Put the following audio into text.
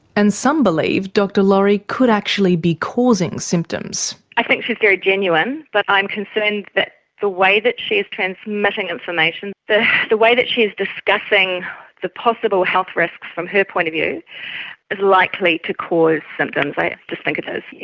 and some believe dr laurie could actually be causing symptoms. i think she's very genuine, but i'm concerned that the way that she's transmitting information, the the way she's discussing the possible health risks from her point of view is likely to cause symptoms, i just think it is. yes,